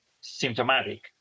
symptomatic